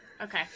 Okay